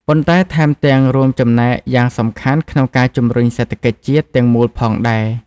ប៉ុន្តែថែមទាំងរួមចំណែកយ៉ាងសំខាន់ក្នុងការជំរុញសេដ្ឋកិច្ចជាតិទាំងមូលផងដែរ។